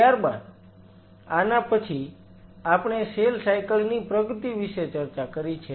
ત્યારબાદ આના પછી આપણે સેલ સાયકલ ની પ્રગતિ વિશે ચર્ચા કરી છે